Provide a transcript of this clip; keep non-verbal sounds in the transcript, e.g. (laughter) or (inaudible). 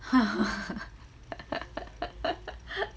(laughs)